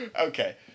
Okay